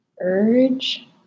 urge